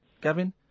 Gavin